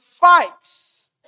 fights